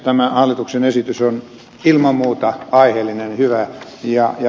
tämä hallituksen esitys on ilman muuta aiheellinen ja hyvä